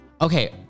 okay